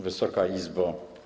Wysoka Izbo!